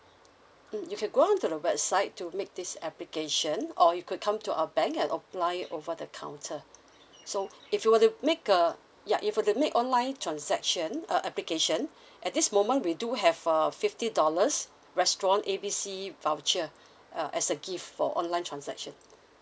mm you can go on to the website to make this application or you could come to our bank and apply it over the counter so if you were to make uh ya if were to make online transaction uh application at this moment we do have uh fifty dollars restaurant A B C voucher uh as a gift for online transaction